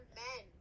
men